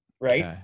right